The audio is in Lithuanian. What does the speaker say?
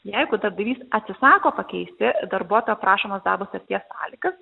jeigu darbdavys atsisako pakeisti darbuotojo prašomas darbo sutarties sąlygas